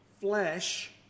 flesh